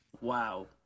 wow